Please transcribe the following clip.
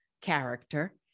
character